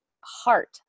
heart